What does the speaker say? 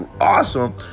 awesome